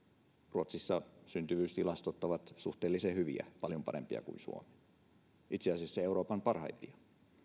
ruotsissa syntyvyystilastot ovat suhteellisen hyviä paljon parempia kuin suomessa itse asiassa euroopan parhaimpia